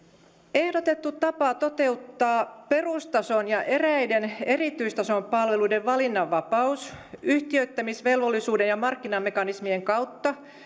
ehdotettu tapa toteuttaa perustason ja eräiden erityistason palveluiden valinnanvapaus yhtiöittämisvelvollisuuden ja markkinamekanismien kautta